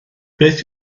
beth